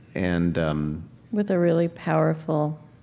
and, um with a really powerful,